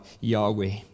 Yahweh